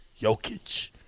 Jokic